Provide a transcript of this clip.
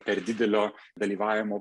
per didelio dalyvavimo